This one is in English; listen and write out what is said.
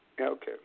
Okay